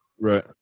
Right